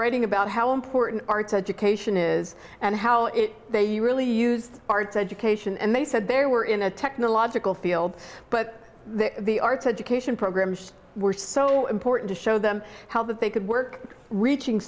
writing about how important arts education is and how they really use arts education and they said they were in a technological field but the arts education programs were so important to show them how they could work reaching